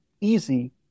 easy